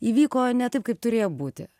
įvyko ne taip kaip turėjo būti